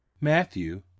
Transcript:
Matthew